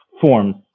forms